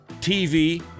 TV